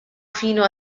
fino